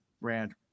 Rand